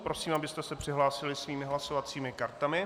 Prosím, abyste se přihlásili svými hlasovacími kartami.